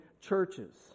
churches